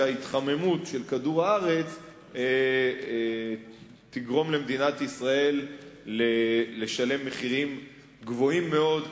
ההתחממות של כדור-הארץ תגרום למדינת ישראל לשלם מחירים גבוהים מאוד,